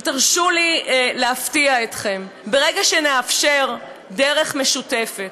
ותרשו לי להפתיע אתכם: ברגע שנאפשר דרך משותפת,